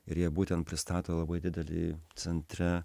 ir jie būtent pristato labai didelį centre